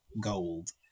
gold